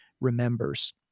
remembers